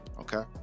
okay